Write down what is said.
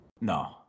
No